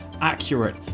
accurate